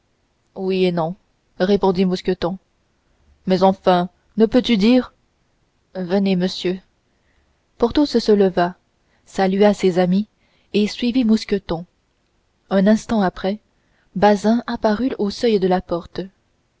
oui et non répondit mousqueton mais enfin que veux-tu dire venez monsieur porthos se leva salua ses amis et suivit mousqueton un instant après bazin apparut au seuil de la porte